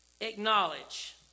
Acknowledge